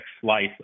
slice